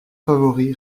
favori